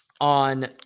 on